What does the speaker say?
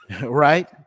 Right